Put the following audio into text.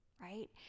right